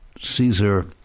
Caesar